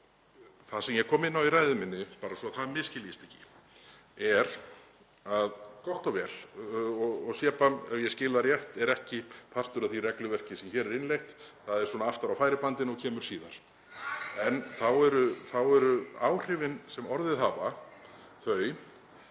Það sem ég kom inn á í ræðu minni, svo það misskiljist ekki — gott og vel, ef ég skil það rétt er CBAM ekki partur af því regluverki sem hér er innleitt. Það er aftar á færibandinu og kemur síðar. En þá eru áhrifin sem orðið hafa þau